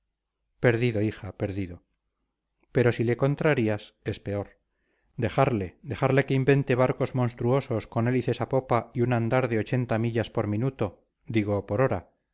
perdido hija perdido pero si le contrarías es peor dejarle dejarle que invente barcos monstruos con hélices a popa y un andar de ochenta millas por minuto digo por hora